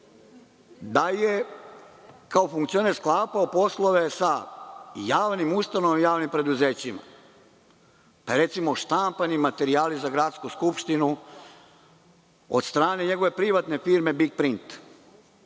da je kao funkcioner sklapao poslove sa javnim ustanovama i javnim preduzećima, pa recimo, štampani materijali za Gradsku skupštinu od strane njegove privatne firme „Big print“,